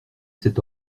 cet